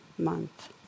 month